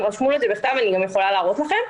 הם רשמו את זה בכתב ואני גם יכולה להראות לכם,